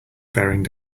bearing